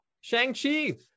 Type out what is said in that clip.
Shang-Chi